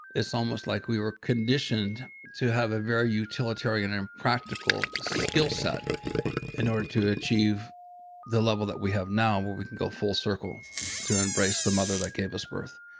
it's almost like we were conditioned to have a very utilitarian and impractical skillset in order to achieve the level that we have now when we can go full circle to embrace the mother that gave us birth